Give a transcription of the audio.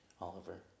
Oliver